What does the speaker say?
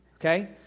Okay